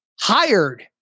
hired